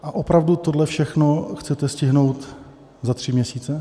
A opravdu tohle všechno chcete stihnout za tři měsíce?